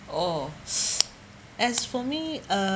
oh as for me uh